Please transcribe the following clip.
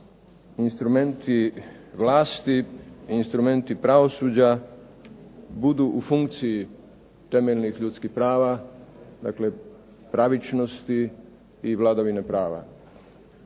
instrumenti vlasti i instrumenti pravosuđa budu u funkciji temeljnih ljudskih prava, dakle pravičnosti i vladavine prava.